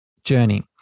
journey